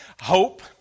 Hope